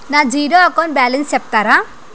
నా zero account balance సెప్తారా?